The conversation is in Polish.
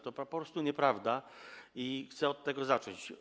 To po prostu nieprawda i chcę od tego zacząć.